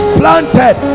planted